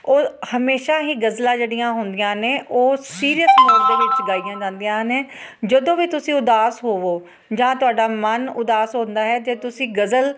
ਉਹ ਹਮੇਸ਼ਾਂ ਹੀ ਗਜ਼ਲਾਂ ਜਿਹੜੀਆਂ ਹੁੰਦੀਆਂ ਨੇ ਉਹ ਸੀਰੀਅਸ ਦੇ ਵਿੱਚ ਗਾਈਆਂ ਜਾਂਦੀਆਂ ਨੇ ਜਦੋਂ ਵੀ ਤੁਸੀਂ ਉਦਾਸ ਹੋਵੋ ਜਾਂ ਤੁਹਾਡਾ ਮਨ ਉਦਾਸ ਹੁੰਦਾ ਹੈ ਜੇ ਤੁਸੀਂ ਗਜ਼ਲ